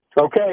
okay